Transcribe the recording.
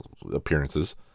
appearances